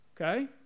Okay